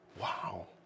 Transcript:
wow